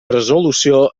resolució